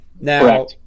Now